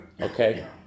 Okay